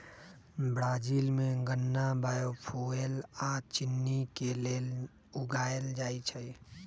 Brazil में गन्ना biofuel आ चिन्नी के लेल उगाएल जाई छई